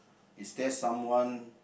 is there someone